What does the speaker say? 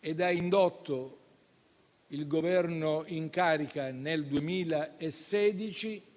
e ha indotto il Governo in carica nel 2016